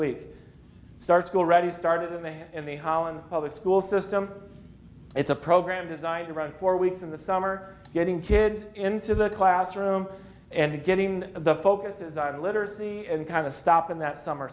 week start school already started in may in the holland public school system it's a program designed to run for weeks in the summer getting kids into the classroom and getting the focus is literacy and kind of stop in that summer